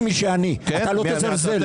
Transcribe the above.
אני מי שאני, אתה לא תזלזל.